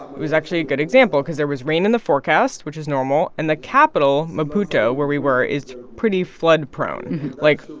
it was actually a good example because there was rain in the forecast, which is normal, and the capital, maputo, where we were, is pretty flood-prone. like,